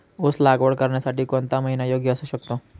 ऊस लागवड करण्यासाठी कोणता महिना योग्य असू शकतो?